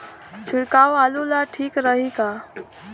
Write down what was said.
छिड़काव आलू ला ठीक रही का?